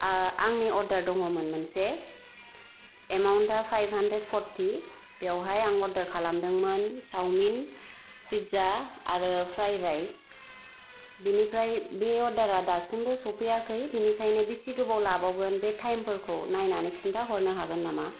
ओ आंनि अर्डार दङ'मोन मोनसे एमाउन्टा फाइभ हान्द्रेद फर्टि बेवहाय आं अर्डार खालामदोंमोन चाउमिन पिज्जा आरो फ्राइद राइस बिनिफ्राय बे अर्डारा दासिमबो सफैयाखै बिनिखायनो बेसे गोबाव लाबावगोन बे टाइमफोरखौ नायनानै खिन्था हरनो हागोन नामा